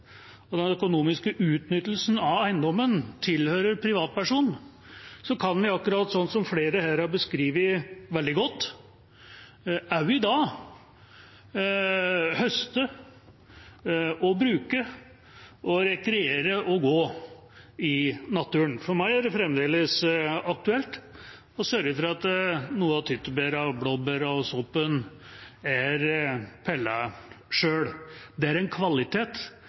og den økonomiske utnyttelsen av eiendommen tilhører en privatperson, kan en jo – akkurat slik som flere her har beskrevet veldig godt – også i dag høste, bruke, rekreere og gå i naturen. For meg er det fremdeles aktuelt å sørge for at en selv har pelt noen av tyttebærene, blåbærene og soppen. Det er en kvalitet